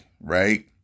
Right